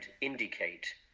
indicate